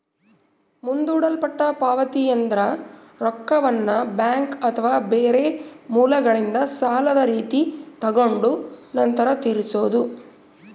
ಮುಂದೂಡಲ್ಪಟ್ಟ ಪಾವತಿಯೆಂದ್ರ ರೊಕ್ಕವನ್ನ ಬ್ಯಾಂಕ್ ಅಥವಾ ಬೇರೆ ಮೂಲಗಳಿಂದ ಸಾಲದ ರೀತಿ ತಗೊಂಡು ನಂತರ ತೀರಿಸೊದು